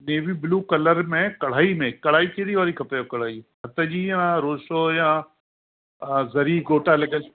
navy blue colour में कड़ाई में कड़ाई कहिड़ी वारी खपे कड़ाई हथ जी या रोसो या हा ज़री घोटा वारी